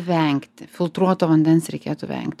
vengti filtruoto vandens reikėtų vengt